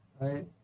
Right